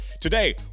Today